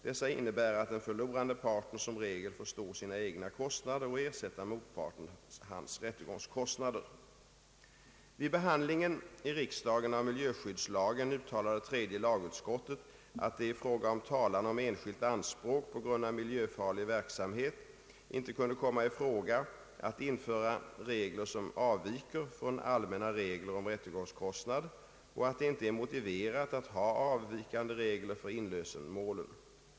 Dessa innebär att den förlorande parten som regel får stå sina egna kostnader och ersätta motparten hans rättegångskostnader. Vid behandlingen i riksdagen av miljöskyddslagen uttalade tredje lagutskottet att det i fråga om talan om enskilt anspråk på grund av miljöfarlig verksamhet inte kunde komma i fråga att införa regler som avviker från allmänna regler om rättegångskostnad och att det inte är motiverat att ha avvikande regler för inlösenmålen.